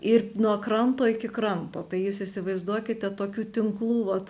ir nuo kranto iki kranto tai jūs įsivaizduokite tokių tinklų vat